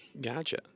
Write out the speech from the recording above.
Gotcha